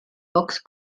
pocs